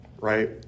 right